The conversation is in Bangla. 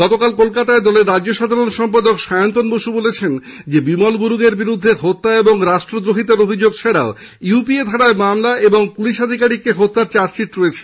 গতকাল কলকাতায় দলের রাজ্য সাধারণ সম্পাদক সায়ন্তন বসু জানিয়েছেন বিমল গুরুং এর বিরুদ্ধে হত্যা ও রাষ্ট্রদ্রোহিতার অভিযোগ ছাড়াও ইউএপিএ ধারায় মামলা এবং পুলিশ আধিকারিককে হত্যার চার্জশিট রয়েছে